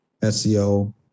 SEO